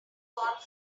caught